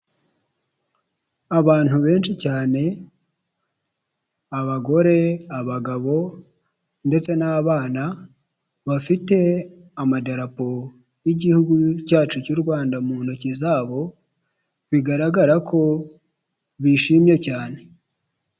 Abantu benshi cyane abagore, abagabo ndetse n'abana bafite amadarapo y'igihugu cyacu cy'u Rwanda mu ntoki zabo bigaragara ko bishimye cyane.